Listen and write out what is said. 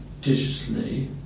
digitally